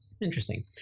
interesting